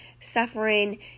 suffering